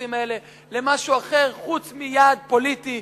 הנוספים האלה למשהו אחר חוץ מיעד פוליטי.